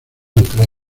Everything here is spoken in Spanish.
entre